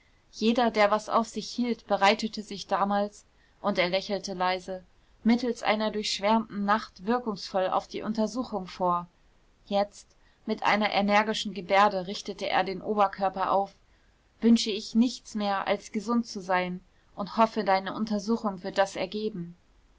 jeder der was auf sich hielt bereitete sich damals und er lächelte leise mittels einer durchschwärmten nacht wirkungsvoll auf die untersuchung vor jetzt mit einer energischen gebärde richtete er den oberkörper auf wünsche ich nichts mehr als gesund zu sein und hoffe deine untersuchung wird das ergeben